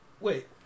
wait